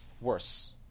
worse